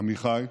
עמיחי,